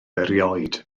erioed